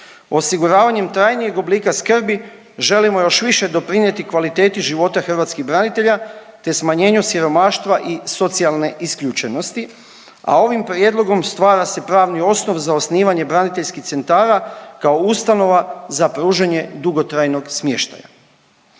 Osiguravanjem trajnijeg oblika skrbi želimo još više doprinjeti kvaliteti života hrvatskih branitelja, te smanjenju siromaštva i socijalne isključenosti, a ovim prijedlogom stvara se pravni osnov za osnivanje braniteljskih centara kao ustanova za pružanje dugotrajnog smještaja.